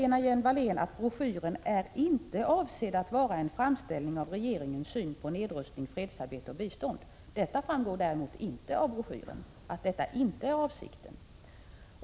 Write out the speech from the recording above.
Lena Hjelm-Wallén säger att broschyren inte är avsedd att vara en framställning av regeringens syn på nedrustning, fredsarbete och bistånd. Detta framgår däremot inte av broschyren.